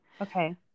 Okay